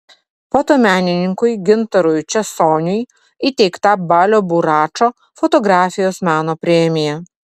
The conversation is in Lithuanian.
fotomenininkui gintarui česoniui įteikta balio buračo fotografijos meno premija